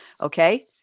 Okay